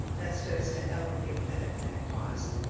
that starts to elevate that that cost.